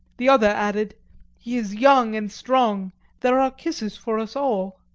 the other added he is young and strong there are kisses for us all.